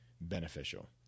beneficial